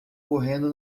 correndo